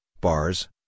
bars